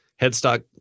headstock